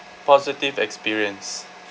positive experience